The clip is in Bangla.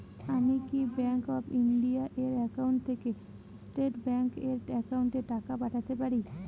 আমি কি ব্যাংক অফ ইন্ডিয়া এর একাউন্ট থেকে স্টেট ব্যাংক এর একাউন্টে টাকা পাঠাতে পারি?